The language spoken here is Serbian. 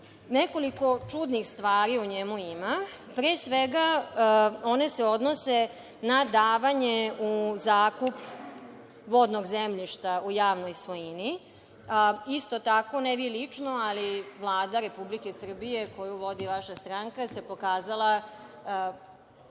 Nekoliko čudnih stvari u njemu ima. Pre svega one se odnose na davanje u zakup vodnog zemljišta u javnoj svojini. Isto tako, ne vi lično, ali Vlada Republike Srbije koju vodi vaša stranka se pokazala